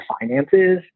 finances